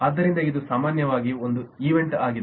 ಆದ್ದರಿಂದ ಇದು ಸಾಮಾನ್ಯವಾಗಿ ಒಂದು ಈವೆಂಟ್ಆಗಿದೆ